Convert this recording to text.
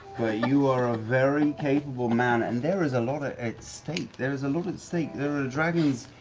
you are a very capable man and there is a lot at at stake. there is a lot at stake. there are dragons,